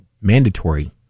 mandatory